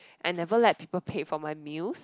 I never let people pay for my meals